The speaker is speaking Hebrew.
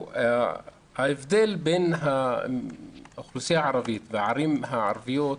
ההבדל בין האוכלוסייה הערבית והערים הערביות